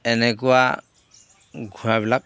এনেকুৱা ঘোঁৰাবিলাক